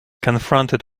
confronted